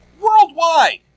worldwide